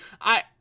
I-